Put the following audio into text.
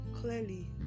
Clearly